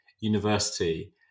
University